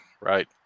right